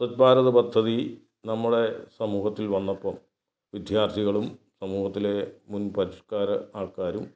സ്വച്ഛ് ഭാരത് പദ്ധതി നമ്മുടെ സമൂഹത്തിൽ വന്നപ്പം വിദ്യാർഥികളും സമൂഹത്തിലെ മുൻ പരിഷ്ക്കാര ആൾക്കാരും